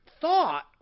thought